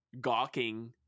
Gawking